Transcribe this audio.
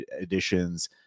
additions